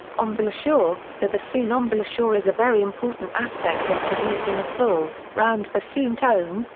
um embouchure the bassoon um embouchure is a very important aspect of producing a full, round bassoon tone,